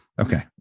Okay